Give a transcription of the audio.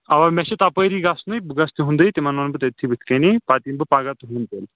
اَوا مےٚ چھُ تپٲری گژھنُے بہٕ گژھٕ تِہُنٛدٕے تِمَن وَنہٕ بہٕ تٔتھی بٕتھِ کَنی پتہٕ یِمہٕ بہٕ پگاہ تُہنٛد